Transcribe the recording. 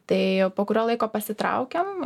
tai po kurio laiko pasitraukėm